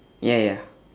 ya ya